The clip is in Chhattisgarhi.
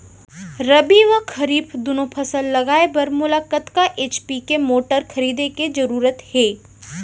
रबि व खरीफ दुनो फसल लगाए बर मोला कतना एच.पी के मोटर खरीदे के जरूरत हे?